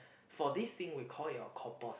for this thing we call it a corpus